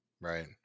Right